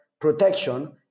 protection